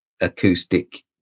acoustic